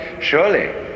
surely